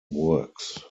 works